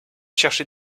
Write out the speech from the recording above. chercher